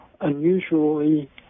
unusually